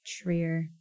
Trier